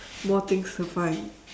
more things to find